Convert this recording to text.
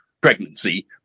pregnancy